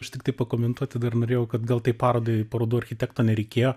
aš tiktai pakomentuoti dar norėjau kad gal tai parodai parodų architekto nereikėjo